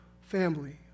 family